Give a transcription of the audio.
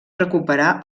recuperar